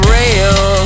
real